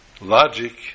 logic